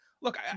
look